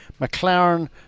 McLaren